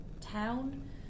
town